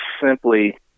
simply